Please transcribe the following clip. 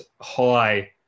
high